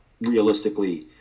realistically